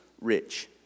rich